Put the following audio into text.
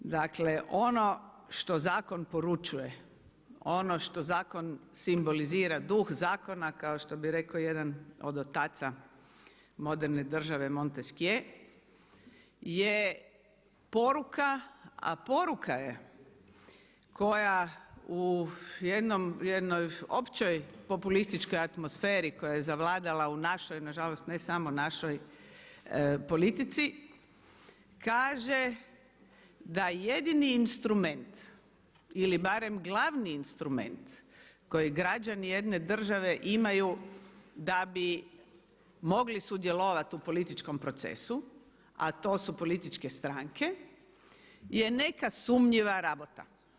Dakle ono što zakon poručuje, ono što zakon simbolizira, duh zakona kao što bi rekao jedan od otaca moderne države Montesquie je poruka a poruka je koja u jednoj općoj populističkoj atmosferi koja je zavladala u našoj, nažalost ne samo našoj politici kaže da jedini instrument ili barem glavni instrument koji građani jedne države imaju da bi mogli sudjelovati u političkom procesu a to su političke stranke je neka sumnjiva rabota.